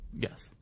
Yes